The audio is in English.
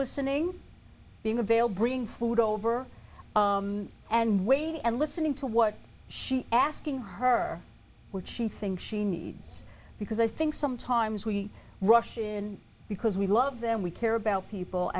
listening being unveiled bringing food over and waiting and listening to what she asking her what she think she needs because i think sometimes we rush in because we love them we care about people